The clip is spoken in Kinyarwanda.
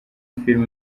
filime